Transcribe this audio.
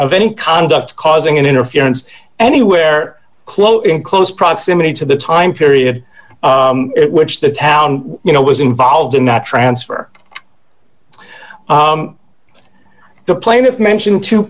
of any conduct causing interference anywhere close in close proximity to the time period which the town you know was involved in the transfer the plaintiff mentioned two